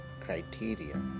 criteria